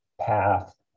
path